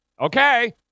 Okay